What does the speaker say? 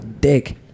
dick